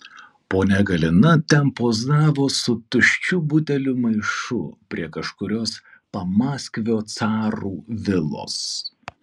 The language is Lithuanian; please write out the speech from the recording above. ponia galina ten pozavo su tuščių butelių maišu prie kažkurios pamaskvio carų vilos